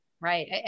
Right